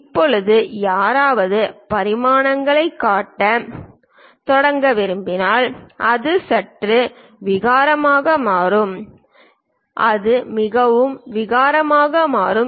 இப்போது யாராவது பரிமாணங்களைக் காட்டத் தொடங்க விரும்பினால் அது சற்று விகாரமாக மாறும் அது மிகவும் விகாரமாக மாறும்